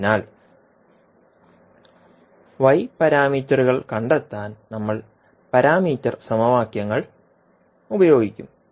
അതിനാൽ y പാരാമീറ്ററുകൾ കണ്ടെത്താൻ നമ്മൾ പാരാമീറ്റർ സമവാക്യങ്ങൾ ഉപയോഗിക്കും